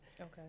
okay